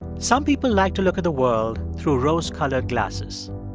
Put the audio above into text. some people like to look at the world through rose-colored glasses.